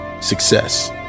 success